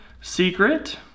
secret